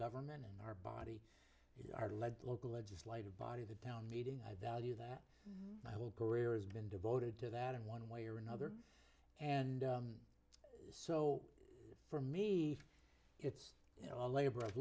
government in our body our lead local legislative body the town meeting i value that my whole career has been devoted to that in one way or another and so for me it's you know a labor of